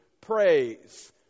praise